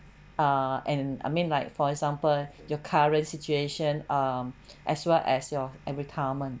uh and I mean like for example your current situation um as well as your and retirement